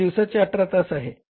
हे दिवसाचे 18 तास आहे